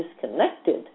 disconnected